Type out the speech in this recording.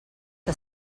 que